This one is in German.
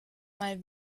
mal